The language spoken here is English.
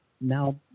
now